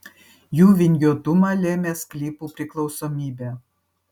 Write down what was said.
jų vingiuotumą lėmė sklypų priklausomybė